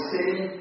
City